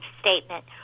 statement